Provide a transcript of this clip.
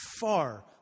far